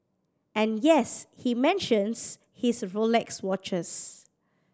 and yes he mentions his Rolex watches